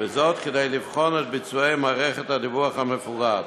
כדי לבחון את ביצועי מערכת הדיווח המפורט.